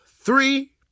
three